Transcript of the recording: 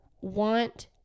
want